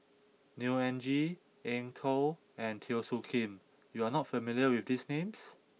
Neo Anngee Eng Tow and Teo Soon Kim you are not familiar with these names